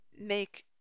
make